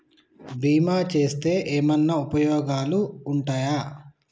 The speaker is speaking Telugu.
బీమా చేస్తే ఏమన్నా ఉపయోగాలు ఉంటయా?